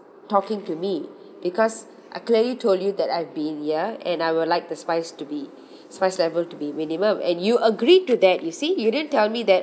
talking to me because I clearly told you that I've been here and I would like the spice to be spice level to be minimum and you agree to that you see you didn't tell me that